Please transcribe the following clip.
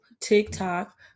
TikTok